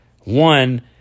one